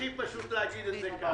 הכי פשוט לומר את זה כך.